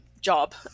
job